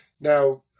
now